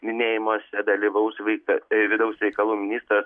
minėjimuose dalyvaus vaika vidaus reikalų ministras